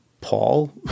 Paul